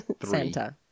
Santa